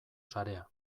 sarea